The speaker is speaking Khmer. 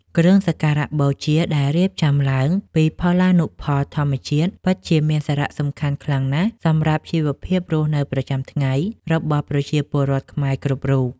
គ្រឿងសក្ការបូជាដែលរៀបចំឡើងពីផលានុផលធម្មជាតិពិតជាមានសារៈសំខាន់ខ្លាំងណាស់សម្រាប់ជីវភាពរស់នៅប្រចាំថ្ងៃរបស់ប្រជាពលរដ្ឋខ្មែរគ្រប់រូប។